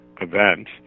event